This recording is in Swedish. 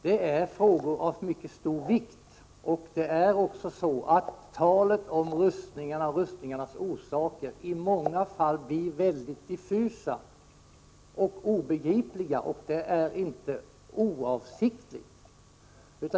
Det gäller frågor av mycket stor vikt. Talet om rustningarna och rustningarnas orsaker blir i många fall mycket diffust och obegripligt — och det är inte oavsiktligt.